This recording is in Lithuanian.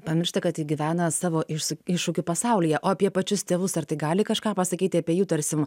pamiršta kad jie gyvena savo iš iššūkių pasaulyje o apie pačius tėvus ar tai gali kažką pasakyti apie jų tarsi